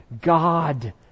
God